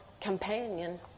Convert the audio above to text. companion